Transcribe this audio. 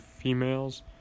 females